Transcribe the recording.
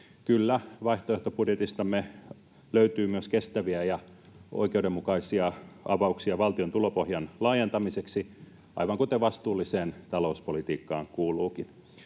Kyllä, vaihtoehtobudjetistamme löytyy myös kestäviä ja oikeudenmukaisia avauksia valtion tulopohjan laajentamiseksi, aivan kuten vastuulliseen talouspolitiikkaan kuuluukin.